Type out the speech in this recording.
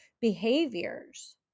behaviors